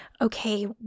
okay